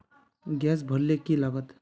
Gas भरले की लागत?